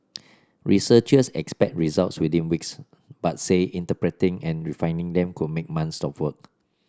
researchers expect results within weeks but say interpreting and refining them could make months of work